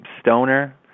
stoner